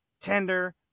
tender